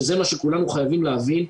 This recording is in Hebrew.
וזה מה שכולנו חייבים להבין,